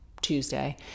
Tuesday